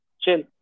Chill